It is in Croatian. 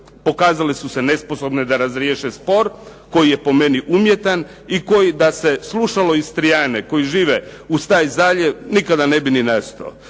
pokazali su se nesposobni da razriješe spor koji je po meni umjetan i koji da se slušalo Istrijane koji žive uz taj zaljev, nikada ne bi nastao.